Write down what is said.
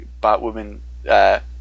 Batwoman